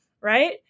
right